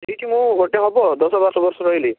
ସେଇଠି ମୁଁ ଗୋଟେ ହେବ ଦଶ ବର୍ଷ ରହିଲି